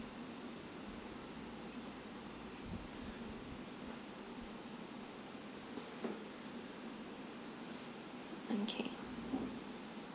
mm K